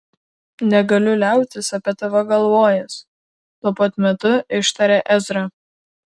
negaliu liautis apie tave galvojęs tuo pat metu ištarė ezra